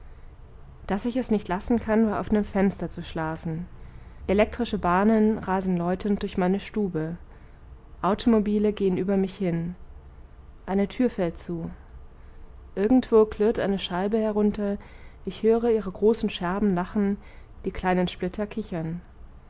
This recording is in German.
daß ich es nicht lassen kann bei offenen fenster zu schlafen elektrische bahnen rasen läutend durch meine stube automobile gehen über mich hin eine tür fällt zu irgendwo klirrt eine scheibe herunter ich höre ihre großen scherben lachen die kleinen splitter kichern